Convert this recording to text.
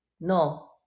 no